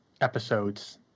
episodes